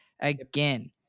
again